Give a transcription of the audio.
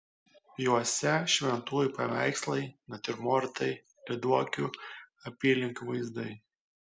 juose šventųjų paveikslai natiurmortai lyduokių apylinkių vaizdai